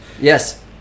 Yes